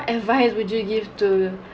advice would you give to